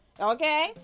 Okay